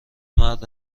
مرد